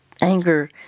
anger